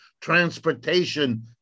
Transportation